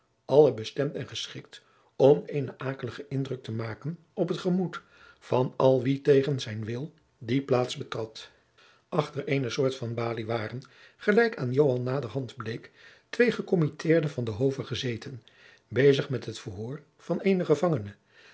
alle bestemd en geschikt om eenen akeligen indruk te maken op het gemoed van al wie tegen zijn wil die plaats betrad achter eene soort van balie waren gelijk aan joan naderhand bleek twee gecommitteerden van den hove gezeten bezig met het verhoor van eenen gevangene